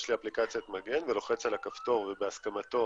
יש לי אפליקציית מגן ולוחץ על הכפתור ובהסכמתו